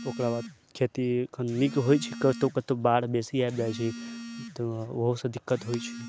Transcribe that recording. ओकरा बाद खेती एखन नीक होइ छै कतौ कतौ बाढ़ि बेसी आबि जाइ छै तऽ ओहोसँ दिक्कत होइ छै